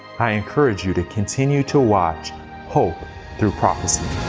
i encourage you to continue to watch hope through prophecy.